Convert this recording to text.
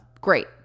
great